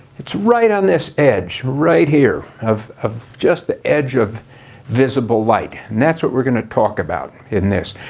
it's right on this edge right here of of just the edge of visible light. and that's what we're going to talk about in this.